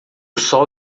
sol